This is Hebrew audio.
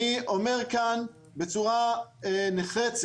אני אומר כאן בצורה נחרצת,